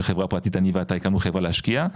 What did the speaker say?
חברה פרטית אני ואתה הקמנו חברה להשקיע,